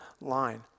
line